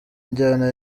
injyana